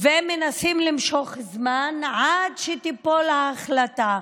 ומנסים למשוך זמן עד שתיפול ההחלטה.